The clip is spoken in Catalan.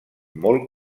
molt